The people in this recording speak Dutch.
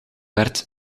werd